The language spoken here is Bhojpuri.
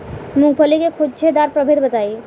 मूँगफली के गूछेदार प्रभेद बताई?